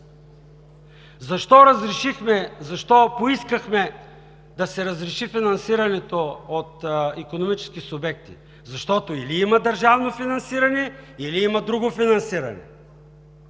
Защо поискахме да се разреши финансирането от икономически субекти? Защото или има държавно финансиране, или има друго финансиране.